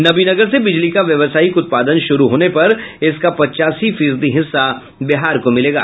नवीनगर से बिजली का व्यावसायिक उत्पादन शुरू होने पर इसका पच्चासी फीसदी हिस्सा बिहार को मिलेगा